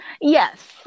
Yes